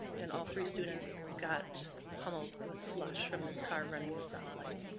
and all three students got pummeled with slush from this car running the stop light.